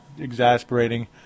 exasperating